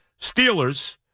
Steelers